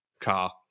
car